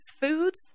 foods